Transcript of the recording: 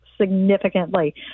significantly